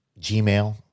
Gmail